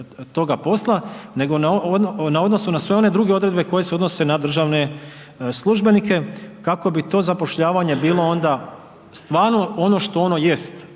toga posla, nego u odnosu na sve one druge odredbe koje se odnose na državne službenike kako bi to zapošljavanje bilo onda stvarno ono što ono jest.